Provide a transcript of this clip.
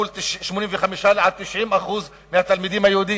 מול 85% 90% מהתלמידים היהודים.